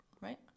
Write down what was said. right